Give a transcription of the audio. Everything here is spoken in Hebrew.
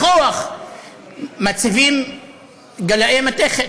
בכוח מציבים גלאי מתכת.